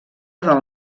del